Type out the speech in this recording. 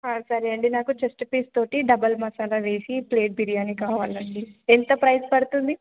సరే అండి నాకు చెస్ట్ పీస్ తోటి డబల్ మసాలా వేసి ప్లేట్ బిర్యానీ కావాలండి ఎంత ప్రైస్ పడుతుంది